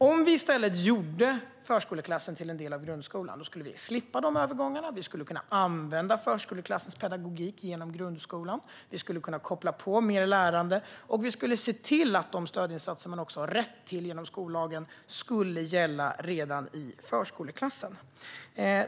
Om vi i stället gjorde förskoleklassen till en del av grundskolan skulle vi slippa dessa övergångar. Vi skulle kunna använda förskoleklassens pedagogik genom grundskolan. Vi skulle kunna koppla på mer lärande och se till att de stödinsatser man har rätt till genom skollagen skulle gälla redan i förskoleklassen.